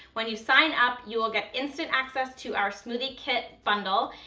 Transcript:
when you sign up you will get instant access to our smoothie kit bundle,